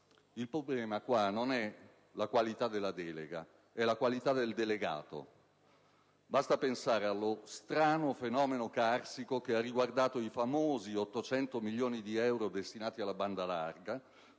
Il problema non è la qualità della delega, ma la qualità del delegato. Basta pensare allo strano fenomeno carsico che ha riguardato i famosi 800 milioni di euro destinati alla banda larga,